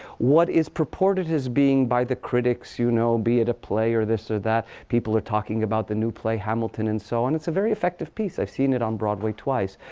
what is purported as being by the critics, you know be it a play or this or that people are talking about the new play hamilton and so on. it's a very effective piece. i've seen it on broadway twice.